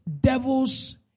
devils